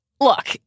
look